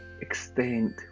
extent